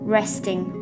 resting